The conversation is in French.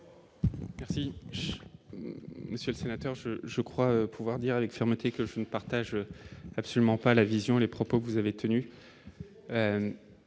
Merci, monsieur le sénateur, je je crois pouvoir dire avec fermeté que je ne partage absolument pas la vision, les propos que vous avez tenu